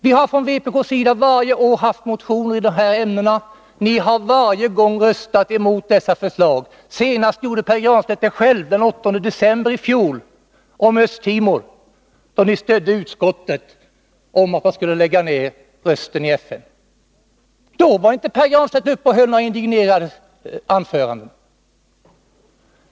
Vi har från vpk:s sida varje år väckt motioner i dessa ämnen — ni har varje gång röstat emot våra förslag. Pär Granstedt gjorde det själv senast den 8 december i fjol när det gällde Östtimor. Ni stödde då utskottets förslag att Sverige skulle lägga ned sin röst i FN. Då var inte Pär Granstedt uppe och höll några indignerade anföranden.